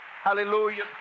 Hallelujah